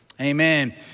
Amen